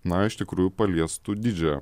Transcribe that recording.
na iš tikrųjų paliestų didžiąją